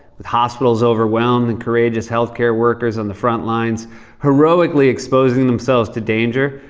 with hospitals overwhelmed and courageous health care workers on the front lines heroically exposing themselves to danger.